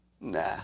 Nah